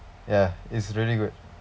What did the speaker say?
ya it's really good